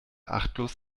achtlos